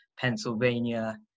Pennsylvania